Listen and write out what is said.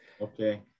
Okay